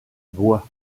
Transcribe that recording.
bois